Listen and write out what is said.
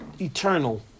eternal